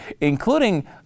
including